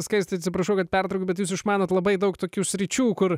skaisti atsiprašau kad pertraukiu bet jūs išmanot labai daug tokių sričių kur